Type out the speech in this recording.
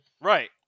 right